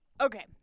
okay